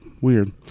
Weird